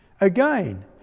Again